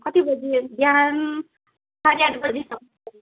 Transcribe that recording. कति बजी बिहान साँढे आठ बजी